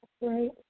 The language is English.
right